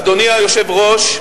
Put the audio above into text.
אדוני היושב-ראש,